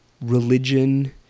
religion